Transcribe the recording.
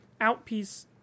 outpiece